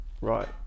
right